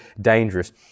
dangerous